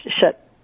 shut